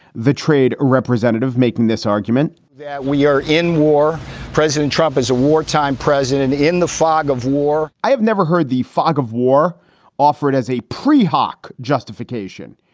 the trade representative making this argument that we are in war president trump is a wartime president in the fog of war, i have never heard the fog of war offered as a pre hoc justification.